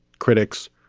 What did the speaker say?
critics,